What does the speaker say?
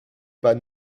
pas